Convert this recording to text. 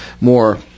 more